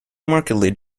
markedly